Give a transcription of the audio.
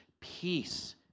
peace